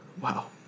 Wow